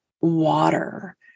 water